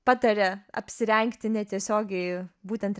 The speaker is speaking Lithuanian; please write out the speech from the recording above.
pataria apsirengti netiesiogiai būtent